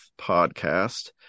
podcast